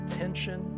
tension